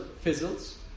fizzles